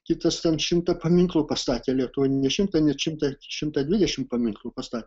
kitas ten šimtą paminklų pastatė lietuvoj ne šimtą net šimtą dvidešimt paminklų pastatė